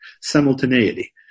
simultaneity